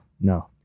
no